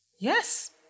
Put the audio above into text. Yes